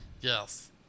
Yes